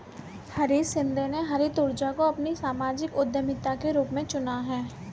हरीश शिंदे ने हरित ऊर्जा को अपनी सामाजिक उद्यमिता के रूप में चुना है